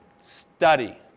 study